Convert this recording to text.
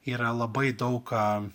yra labai daug